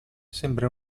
sembri